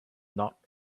not